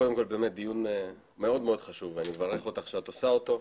קודם כל באמת דיון מאוד מאוד חשוב ואני מברך אותך שאת עושה אותו.